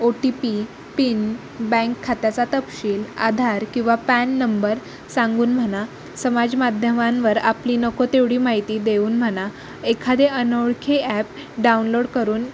ओ T P PIN bank खात्याचा तपशील आधार किंवा पॅन नंबर सांगून म्हणा समाजमाध्यमांवर आपली नको तेवढी माहिती देऊन म्हणा एखादे अनोळखी ॲप डाउनलोड करून